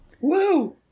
Woo